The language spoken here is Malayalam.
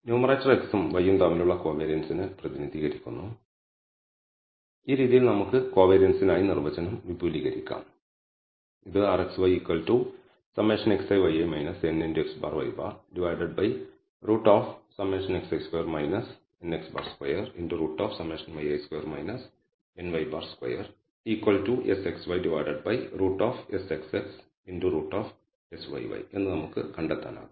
ന്യൂമറേറ്റർ x ഉം y ഉം തമ്മിലുള്ള കോവേരിയൻസിനെ പ്രതിനിധീകരിക്കുന്നു ഈ രീതിയിൽ നമുക്ക് കോവേരിയൻസിനായി നിർവചനം വിപുലീകരിക്കാം ഇത് എന്ന് നമുക്ക് കണ്ടെത്താനാകും